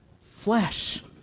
Flesh